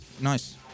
nice